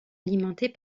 alimentée